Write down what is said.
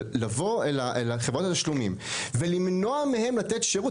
אבל לבוא אל חברות התשלומים ולמנוע מהם לתת שירות,